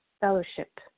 fellowship